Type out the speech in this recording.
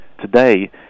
Today